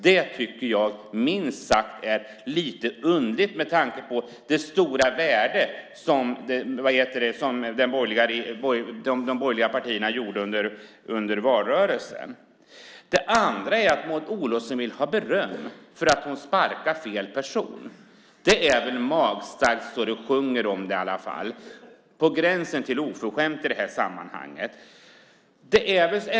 Det tycker jag minst sagt är lite underligt med tanke på det stora värde av detta som de borgerliga partierna betonade under valrörelsen. Det andra är att Maud Olofsson vill ha beröm för att hon sparkar fel person. Det är väl i alla fall magstarkt så det sjunger om det, på gränsen till oförskämdhet i det här sammanhanget.